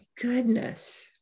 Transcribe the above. goodness